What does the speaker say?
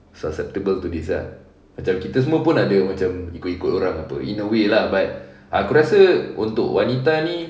susceptible to this ah macam kita semua pun ada macam ikut-ikut orang apa in a way lah but aku rasa untuk wanita ni